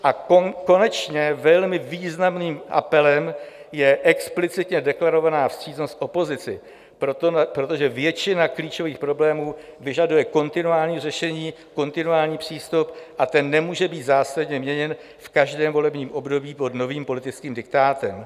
A konečně velmi významným apelem je explicitně deklarovaná vstřícnost k opozici, protože většina klíčových problémů vyžaduje kontinuální řešení, kontinuální přístup a ten nemůže být zásadně měněn v každém volebním období pod novým politickým diktátem.